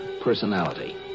personality